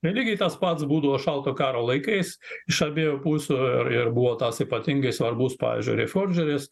lygiai tas pats būdavo šaltojo karo laikais iš abiejų pusių ir ir buvo tas ypatingai svarbus pavyzdžiui refordžeris